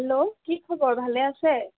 hello কি খবৰ ভালে আছে